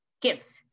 gifts